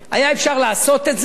היה אפשר לעשות את זה,